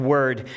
word